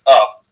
up